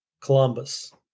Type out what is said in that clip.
Columbus